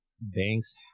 banks